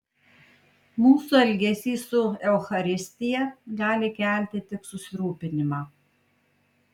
mūsų elgesys su eucharistija gali kelti tik susirūpinimą